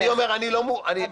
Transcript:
הבכי והנהי.